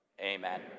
Amen